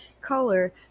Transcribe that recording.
color